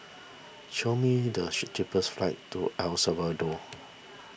show me the cheapest flights to El Salvador